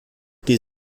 die